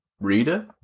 Reader